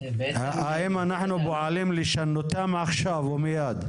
--- האם אנחנו פועלים לשנותם עכשיו ומיד?